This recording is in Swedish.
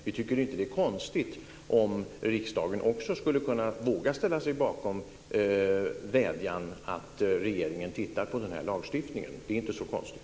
Vi tycker inte att det är konstigt om riksdagen också skulle våga ställa sig bakom vädjan att regeringen tittar på denna lagstiftning. Det är inte så konstigt.